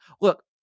look